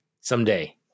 someday